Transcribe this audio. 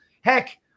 Heck